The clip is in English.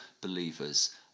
believers